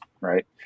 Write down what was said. right